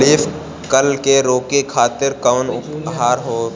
Leaf curl के रोके खातिर कउन उपचार होखेला?